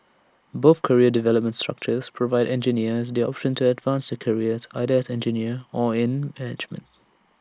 both career development structures provide engineers the option to advance careers either as engineers or in management